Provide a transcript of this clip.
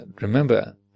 remember